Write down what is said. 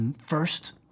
first